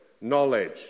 knowledge